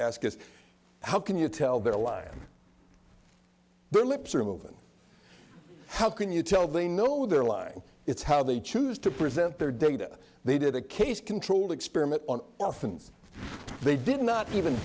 ask is how can you tell their line their lips are moving how can you tell they know they're lying it's how they choose to present their data they did a case controlled experiment on orphans they did not even